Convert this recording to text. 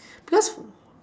because